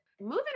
moving